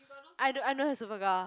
I don't I don't have Superga